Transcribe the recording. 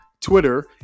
Twitter